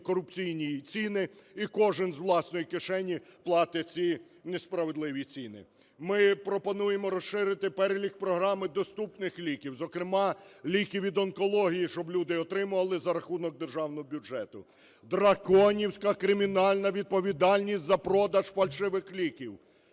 корупційній ціни і кожен з власної кишені платить ці несправедливі ціни. Ми пропонуємо розширити перелік програми "Доступних ліків", зокрема ліки від онкології, щоби люди отримували за рахунок державного бюджету. Драконівська кримінальна відповідальність за продаж фальшивих ліків.